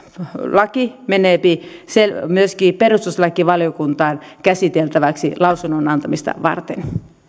laki menee myöskin perustuslakivaliokuntaan käsiteltäväksi lausunnon antamista varten